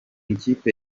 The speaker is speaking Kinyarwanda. ikipe